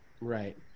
Right